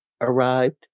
arrived